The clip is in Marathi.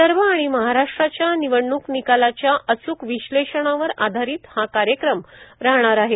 विदर्भ आणि महाराष्ट्राच्या निवडणूक निकालाच्या अचूक विश्लेषणावर आधारीत हा कार्यक्रम राहणार आहे